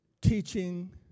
teaching